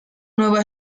nueva